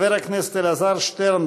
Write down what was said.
חבר הכנסת אלעזר שטרן,